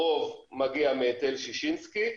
הרוב מגיע מהיטל ששינסקי,